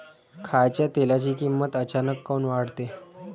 खाच्या तेलाची किमत अचानक काऊन वाढते?